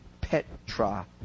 Petra